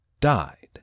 died